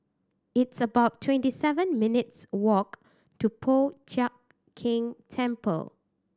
it's about twenty seven minutes' walk to Po Chiak Keng Temple